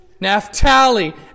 Naphtali